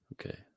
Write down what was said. Okay